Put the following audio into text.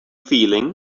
feeling